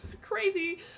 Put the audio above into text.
crazy